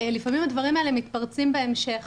לפעמים הדברים האלה מתפרצים בהמשך.